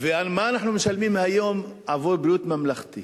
ומה אנחנו משלמים היום עבור חוק ביטוח בריאות ממלכתי